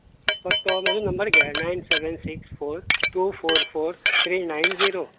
पत्तो म्हजो नंबर घेयात nine seven six four two four four three nine zero